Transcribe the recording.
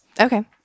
Okay